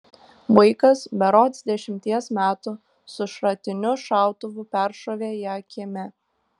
vaikas berods dešimties metų su šratiniu šautuvu peršovė ją kieme